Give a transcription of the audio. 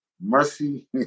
Mercy